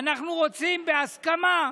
אנחנו רוצים בהסכמה,